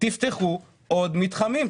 תפתחו עוד מתחמים.